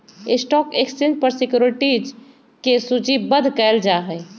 stock exchange पर securities के सूचीबद्ध कयल जाहइ